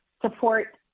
support